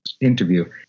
interview